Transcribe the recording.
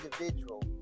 individual